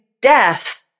death